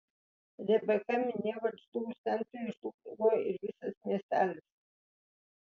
rebeka minėjo kad žlugus lentpjūvei žlugo ir visas miestelis